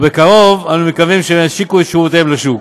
ובקרוב אנו מקווים שהם ישיקו את שירותיהם בשוק.